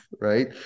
right